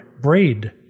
braid